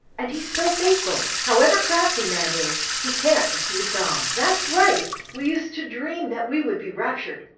and he's so faithful. however crafty man is, he can't deceive god. that's right, we used to dream that we would be raptured.